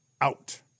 out